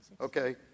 Okay